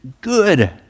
good